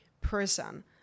person